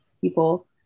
people